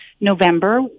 November